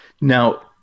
Now